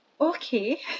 okay